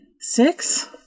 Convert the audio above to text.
Six